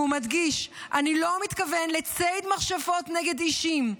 והוא מדגיש: אני לא מתכוון לציד מכשפות נגד אישים,